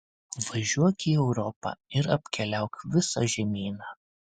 važiuok į europą ir apkeliauk visą žemyną